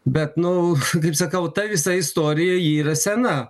bet nu kaip sakau ta visa istorija ji yra sena